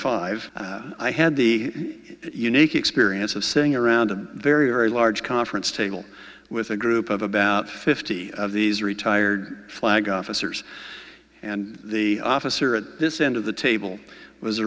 five i had the unique experience of sitting around a very large conference table with a group of about fifty of these retired flag officers and the officer at this end of the table was